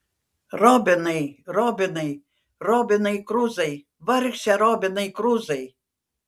robinai robinai robinai kruzai vargše robinai kruzai